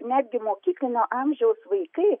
netgi mokyklinio amžiaus vaikai